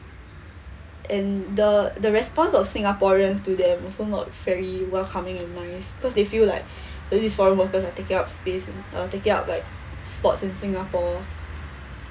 and the the response of singaporeans to them also not very welcoming and nice cause they feel like all these foreign workers are taking up space taking up like spots in singapore